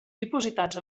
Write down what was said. dipositats